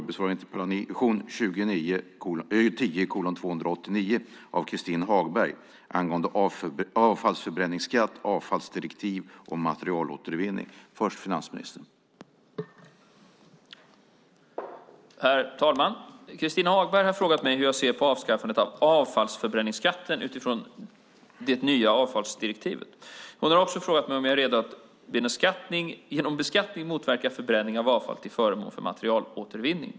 Herr talman! Christin Hagberg har frågat mig hur jag ser på avskaffandet av avfallsförbränningsskatten utifrån det nya avfallsdirektivet. Hon har också frågat om jag är redo att genom beskattning motverka förbränning av avfall till förmån för materialåtervinning.